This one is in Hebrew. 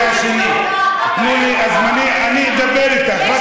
אני אדבר איתך.